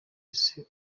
ese